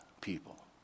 people